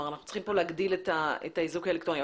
אנחנו צריכים כאן להגדיל את האיזוק האלקטרוני.